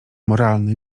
moralny